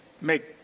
make